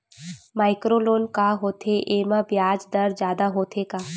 Micro loan का होथे येमा ब्याज दर जादा होथे का?